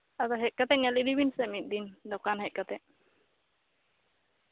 ᱟᱫᱚ ᱦᱮᱡ ᱠᱟᱛᱮᱫ ᱧᱮᱞ ᱤᱫᱤ ᱵᱤᱱ ᱥᱮ ᱫᱚᱠᱟᱱ ᱦᱮᱡ ᱠᱟᱛᱮᱫ